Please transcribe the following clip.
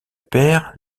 père